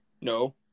No